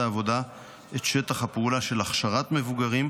העבודה את שטח הפעולה של הכשרת מבוגרים,